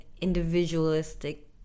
individualistic